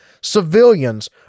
Civilians